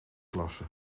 klasse